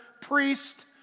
priest